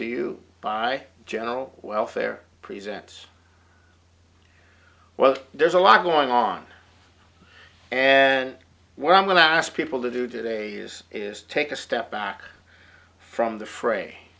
to you by general welfare presents well there's a lot going on and what i'm going to ask people to do today is is take a step back from the fray